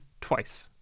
twice